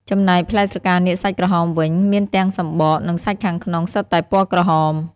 ចំណែក ផ្លែស្រកានាគសាច់ក្រហមវិញ មានទាំងសម្បក និងសាច់ខាងក្នុងសុទ្ធតែពណ៌ក្រហម។